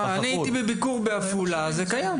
הייתי בביקור בעפולה, זה קיים.